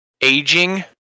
aging